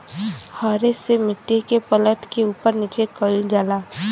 हरे से मट्टी के पलट के उपर नीचे कइल जाला